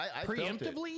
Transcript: Preemptively